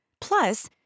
Plus